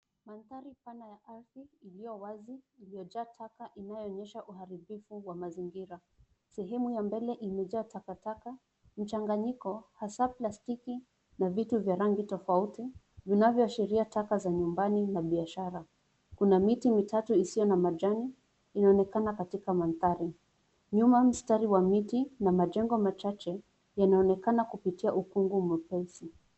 Mandhari pana ya ardhi iliyo wazi iliyojaa taka inayoonyesha uharibifu wa mazingira. Sehemu ya mbele imejaa takataka, mchanganyiko hasa plastiki na vitu vya rangi tofauti vinavyoashiria taka za nyumbani na biashara. Kuna miti mitatu isiyo na majani inaonekana katika mandhari. Nyuma mstari wa miti na majengo machache yanaonekana kupitia ukungu mwepesi.